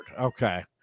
okay